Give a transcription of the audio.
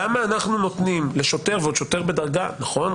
למה אנחנו נותנים לשוטר נכון,